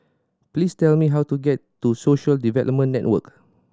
please tell me how to get to Social Development Network